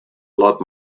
lot